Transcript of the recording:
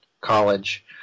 college